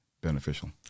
beneficial